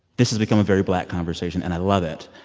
this has become a very black conversation, and i love it.